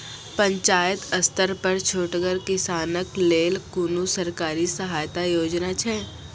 पंचायत स्तर पर छोटगर किसानक लेल कुनू सरकारी सहायता योजना छै?